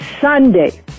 Sunday